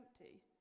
empty